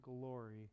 glory